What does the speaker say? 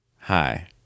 Hi